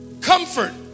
comfort